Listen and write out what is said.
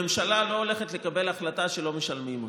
הממשלה לא הולכת לקבל החלטה שלא משלמים אותה,